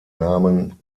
namen